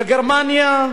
בגרמניה,